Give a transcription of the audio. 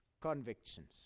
convictions